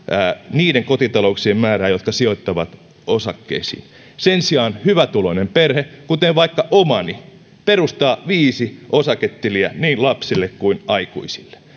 niiden kotitalouksien määrää jotka sijoittavat osakkeisiin sen sijaan hyvätuloinen perhe kuten vaikka omani perustaa viisi osaketiliä niin lapsille kuin aikuisille